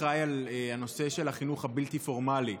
אחראי על הנושא של החינוך הבלתי-פורמלי.